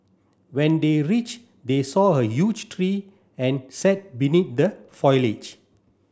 when they reach they saw a huge tree and sat beneath the foliage